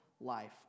life